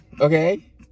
okay